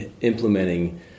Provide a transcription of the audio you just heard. implementing